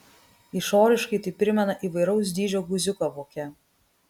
išoriškai tai primena įvairaus dydžio guziuką voke